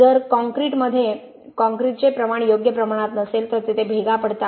जर काँक्रीटचे प्रमाण योग्य प्रमाणात नसेल तर तेथे भेगा पडतात